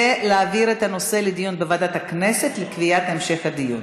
זה להעביר את הנושא לדיון בוועדת הכנסת לקביעת המשך הדיון.